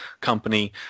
company